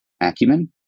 acumen